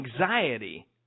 anxiety